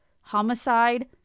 Homicide